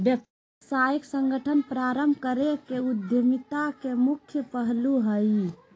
व्यावसायिक संगठन प्रारम्भ करे के उद्यमिता के मुख्य पहलू हइ